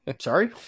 Sorry